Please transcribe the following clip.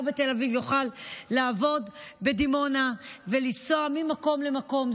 בתל אביב יוכל לעבודה בדימונה ולנסוע ממקום למקום.